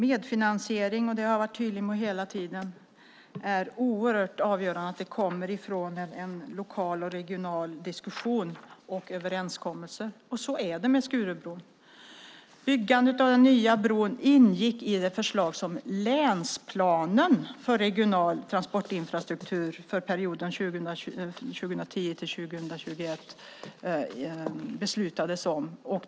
Fru talman! Jag har hela tiden varit tydlig med att medfinansieringen är ett resultat av en överenskommelse efter en lokal och regional diskussion. Så är det med Skurubron. Byggandet av den nya bron ingick i det förslag till länsplan för regional transportinfrastruktur för perioden 2010-2021 som det beslutades om.